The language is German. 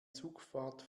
zugfahrt